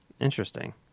Interesting